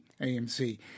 AMC